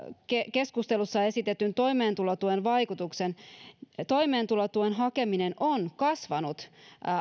keskustelussa esittämän toimeentulotuen vaikutuksen toimeentulotuen hakeminen on kasvanut